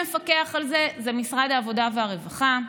מי שמפקח על זה הוא משרד העבודה והרווחה.